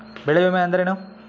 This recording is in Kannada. ಬೆಳೆ ವಿಮೆ ಅಂದರೇನು?